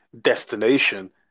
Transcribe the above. destination